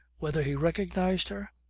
whether he recognized her?